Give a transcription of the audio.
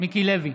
מיקי לוי,